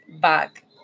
back